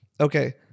Okay